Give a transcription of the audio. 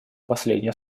последнее